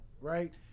right